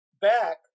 back